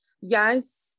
yes